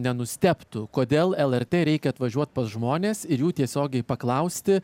nenustebtų kodėl lrt reikia atvažiuot pas žmones jų tiesiogiai paklausti